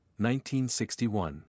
1961